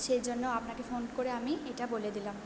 সেই জন্য আপনাকে ফোন করে আমি এটা বলে দিলাম